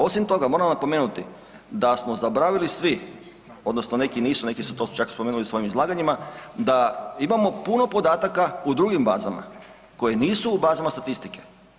Osim toga moramo napomenuti da smo zaboravili svi odnosno neki nisu neki su to čak spomenuli u svojim izlaganjima, da imamo puno podataka u drugim bazama koji nisu u bazi statistike.